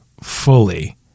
fully